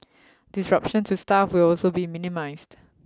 disruption to staff will also be minimised